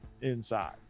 inside